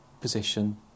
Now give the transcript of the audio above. position